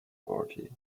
orgy